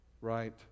right